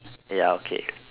ya okay